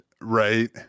Right